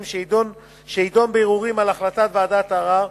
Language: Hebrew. שידון בערעורים על החלטות ועדת הערר,